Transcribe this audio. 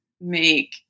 make